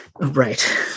Right